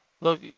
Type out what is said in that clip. look